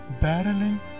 battling